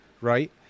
right